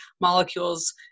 molecules